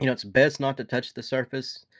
you know it's best not to touch the surface,